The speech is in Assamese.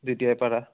যেতিয়াই পাৰা